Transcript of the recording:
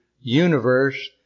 universe